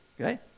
Okay